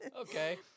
Okay